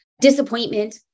disappointment